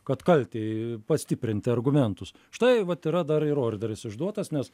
kad kaltei pastiprinti argumentus štai vat yra dar ir orderis išduotas nes